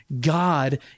God